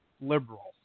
liberal